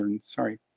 sorry